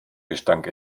gestank